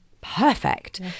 Perfect